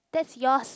that's yours